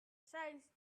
size